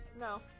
No